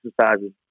exercises